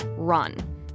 Run